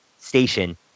station